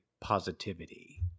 positivity